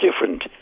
different